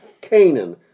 Canaan